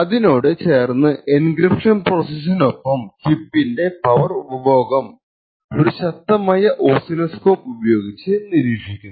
അതിനോട് ചേർന്ന് എൻക്രിപ്ഷൻ പ്രോസസ്സിനു ഒപ്പം ചിപ്പിൻറെ പവർ ഉപഭോഗം ഒരു ശക്തമായ ഓസ്സിലോസ്കോപ്പ് ഉപയോഗിച്ച് നിരീക്ഷിക്കുന്നു